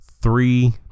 three